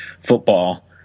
football